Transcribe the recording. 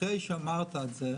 אחרי שאמרת את זה